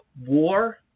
war